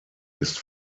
ist